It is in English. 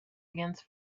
against